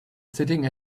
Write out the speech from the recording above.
sitting